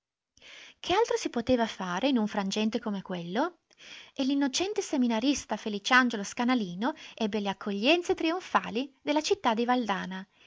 che altro si poteva fare in un frangente come quello e l'innocente seminarista feliciangiolo scanalino ebbe le accoglienze trionfali della città di valdana nel